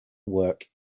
work